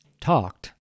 talked